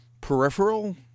peripheral